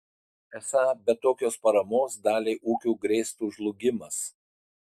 esą be tokios paramos daliai ūkių grėstų žlugimas